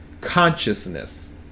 consciousness